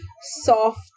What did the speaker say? soft